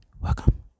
Welcome